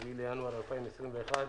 4 בינואר 2021,